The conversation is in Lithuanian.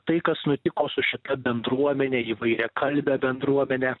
tai kas nutiko su šita bendruomene įvairiakalbe bendruomene